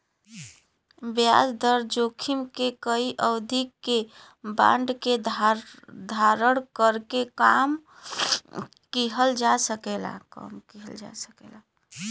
ब्याज दर जोखिम के कई अवधि के बांड के धारण करके कम किहल जा सकला